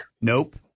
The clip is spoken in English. Nope